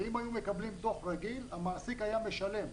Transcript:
אם הם היו מקבלים דוח רגיל, המעסיק היה משלם.